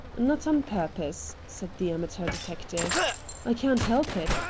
not on purpose, said the amateur detective i can't help it.